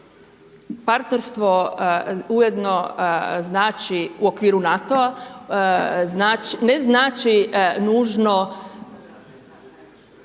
Partnerstvo ujedno znači u okviru NATO-a ne znači nužno